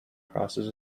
crosses